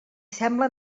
sembla